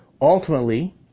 Ultimately